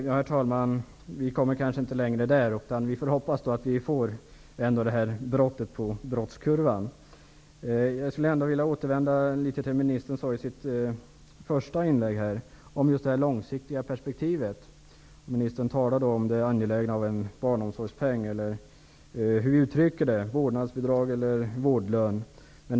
Herr talman! Vi kommer kanske inte längre här. Vi får hoppas att vi får detta brott på brottskurvan. Jag skulle vilja återvända till vad ministern sade i sitt första inlägg om det långsiktiga perspektivet. Ministern talade om det angelägna med en barnomsorgspeng, ett vårdnadsbidrag eller en vårdlön, hur man nu vill uttrycka det.